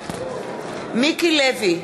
נוכחת מיקי לוי,